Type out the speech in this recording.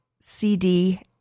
CD